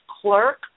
clerk